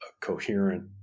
coherent